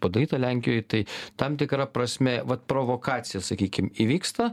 padaryta lenkijoj tai tam tikra prasme vat provokacija sakykim įvyksta